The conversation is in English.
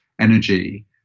energy